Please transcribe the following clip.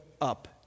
up